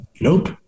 Nope